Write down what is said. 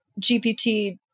GPT